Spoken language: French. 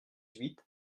huit